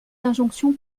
d’injonction